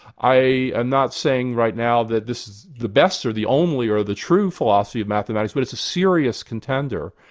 i am not saying right now that this is the best or the only or the true philosophy of mathematics, but it's a serious contender,